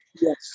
Yes